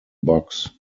box